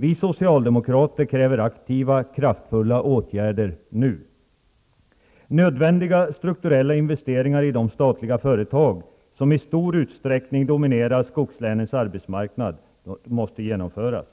Vi socialdemokrater kräver aktiva, kraftfulla åtgärder, nu. Nödvändiga strukturella investeringar i de statliga företag som i stor utsträckning dominerar skogslänens arbetsmarknad måste genomföras.